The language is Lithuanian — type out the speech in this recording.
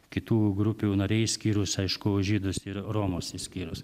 kitų grupių nariai išskyrus aišku žydus ir romus išskyrus